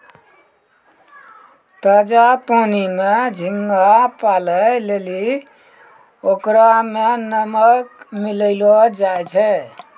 ताजा पानी में झींगा पालै लेली ओकरा में नमक मिलैलोॅ जाय छै